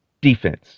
defense